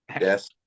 yes